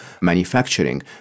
manufacturing